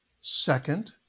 Second